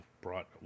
brought